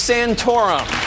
Santorum